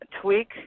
tweak